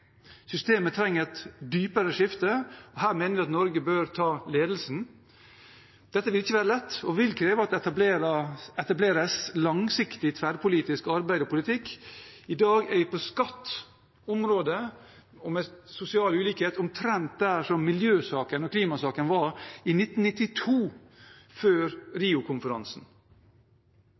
Systemet trenger et dypere skifte, og her mener vi at Norge bør ta ledelsen. Dette vil ikke være lett, og det vil kreve at det etableres langsiktig, tverrpolitisk arbeid og politikk. I dag er vi på skatteområdet og sosial ulikhet omtrent der hvor miljøsaken og klimasaken var i 1992, før